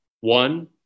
One